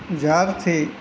જ્યારથી